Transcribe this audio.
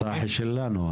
צחי שלנו.